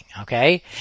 okay